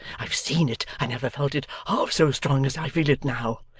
i've seen it, i never felt it half so strongly as i feel it now.